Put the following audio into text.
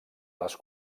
les